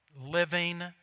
living